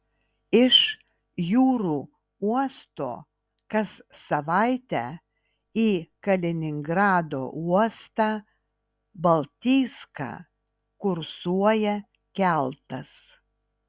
iš jūrų uosto kas savaitę į kaliningrado uostą baltijską kursuoja keltas